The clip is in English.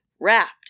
wrapped